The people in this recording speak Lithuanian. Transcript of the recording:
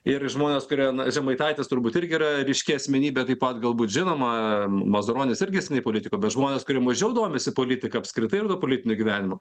ir žmonės kurie na žemaitaitis turbūt irgi yra ryški asmenybė taip pat galbūt žinoma mazuronis irgi seniai politikoj bet žmonės kurie mažiau domisi politika apskritai arba politiniu gyvenimu